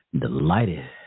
Delighted